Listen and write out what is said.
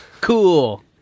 Cool